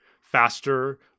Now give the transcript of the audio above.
faster